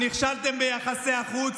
נכשלתם ביחסי החוץ.